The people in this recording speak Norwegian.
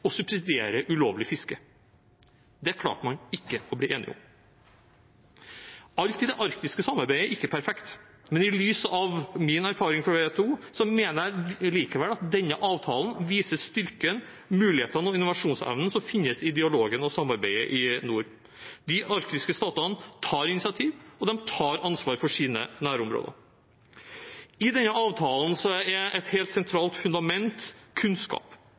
å subsidiere ulovlig fiske. Det klarte man ikke å bli enige om. Alt i det arktiske samarbeidet er ikke perfekt, men i lys av min erfaring fra WTO mener jeg likevel at denne avtalen viser styrken, mulighetene og innovasjonsevnen som finnes i dialogen og samarbeidet i nord. De arktiske statene tar initiativ, og de tar ansvar for sine nærområder. I denne avtalen er et helt sentralt fundament kunnskap.